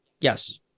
yes